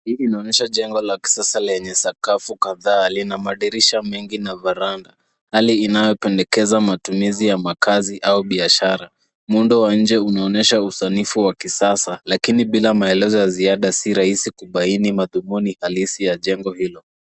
Hii inaonyesha jengo la kisasa chenye sakafu kadhaa. Lina madirisha mengi na varanda, hali inayopendekeza matumizi ya makazi au biashara. Muundo wa nje unaonyesha usanifu wa kisasa lakini bila maelezo ya ziada si rahisi kubaini madhumuni halisi ya jengo hilo.